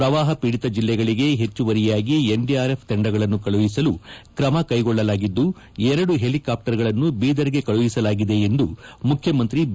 ಪ್ರವಾಹ ಪೀಡಿತ ಜಿಲ್ಲೆಗಳಿಗೆ ಹೆಚ್ಚುವರಿಯಾಗಿ ಎನ್ಡಿಆರ್ಎಫ್ ತಂಡಗಳನ್ನು ಕಳುಹಿಸಲು ಕ್ರಮ ಕೈಗೊಳ್ಳಲಾಗಿದ್ದು ಎರಡು ಹೆಲಿಕಾಪ್ಸರ್ಗಳನ್ನು ಬೀದರ್ಗೆ ಕಳುಹಿಸಲಾಗಿದೆ ಎಂದು ಮುಖ್ಯಮಂತ್ರಿ ಬಿ